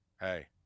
hey